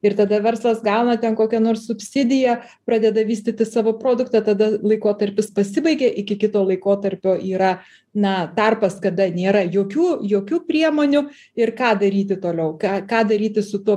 ir tada verslas gauna ten kokią nors subsidiją pradeda vystyti savo produktą tada laikotarpis pasibaigė iki kito laikotarpio yra na tarpas kada nėra jokių jokių priemonių ir ką daryti toliau ką ką daryti su tuo